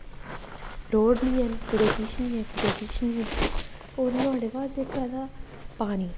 road निं हैन कुदै किश निं ऐ कुदै किश निं ऐ होर नुहाड़े बाद जेह्का तां पानी